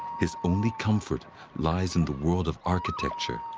his only comfort lies in the world of architecture,